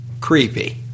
Creepy